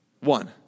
one